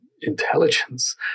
intelligence